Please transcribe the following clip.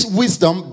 wisdom